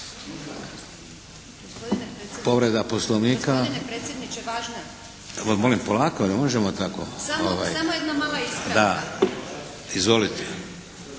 Povreda Poslovnika.